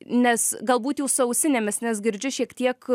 nes galbūt jūs su ausinėmis nes girdžiu šiek tiek